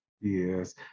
Yes